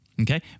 Okay